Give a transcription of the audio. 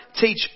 teach